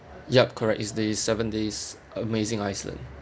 yup correct it's the seven days amazing iceland